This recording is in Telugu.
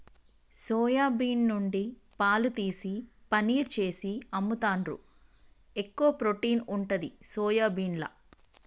సొయా బీన్ నుండి పాలు తీసి పనీర్ చేసి అమ్ముతాండ్రు, ఎక్కువ ప్రోటీన్ ఉంటది సోయాబీన్ల